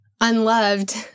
unloved